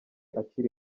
akiri